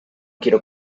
quiero